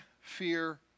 fear